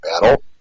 battle